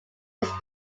was